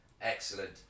excellent